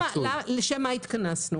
לשם מה התכנסנו?